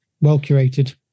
well-curated